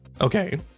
Okay